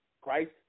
Christ